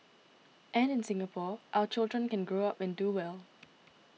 and in Singapore our children can grow up and do well